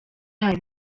hari